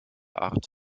art